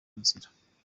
nzira